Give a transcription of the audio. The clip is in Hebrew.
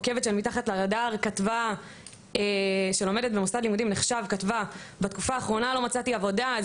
עוקבת של ׳מתחת לרדאר׳ שלומדת במוסד נחשב ללימודים אקדמיים,